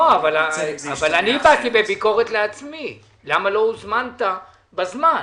לא, אני באתי בביקורת לעצמי למה הוזמנת בזמן.